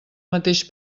mateix